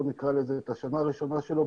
את השנה הראשונה שלו,